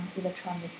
electronic